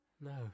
No